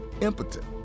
impotent